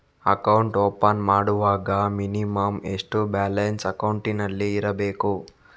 Account open ಮಾಡುವಾಗ minimum ಎಷ್ಟು balance ಅಕೌಂಟಿನಲ್ಲಿ ಇರಬೇಕು?